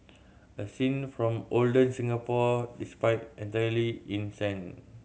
a scene from olden Singapore despite entirely in sand